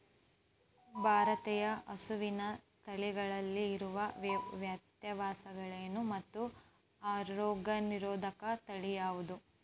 ಭಾರತೇಯ ಹಸುವಿನ ತಳಿಗಳಲ್ಲಿ ಇರುವ ವ್ಯತ್ಯಾಸಗಳೇನು ಮತ್ತು ರೋಗನಿರೋಧಕ ತಳಿ ಯಾವುದು?